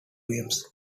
games